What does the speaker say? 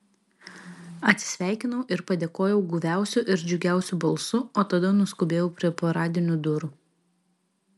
atsisveikinau ir padėkojau guviausiu ir džiugiausiu balsu o tada nuskubėjau prie paradinių durų